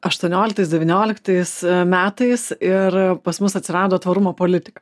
aštuonioliktais devynioliktais metais ir pas mus atsirado tvarumo politika